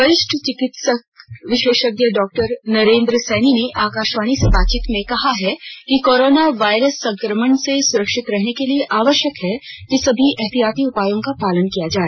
वरिष्ठ चिकित्सा विशेषज्ञ डॉ नरेंद्र सैनी ने आकाशवाणी से बातचीत में कहा है कि कोरोनो वायरस संक्रमण से सुरक्षित रहने के लिए आवश्यक है कि सभी एहतियाती उपायों का पालन किया जाए